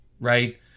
right